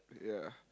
ya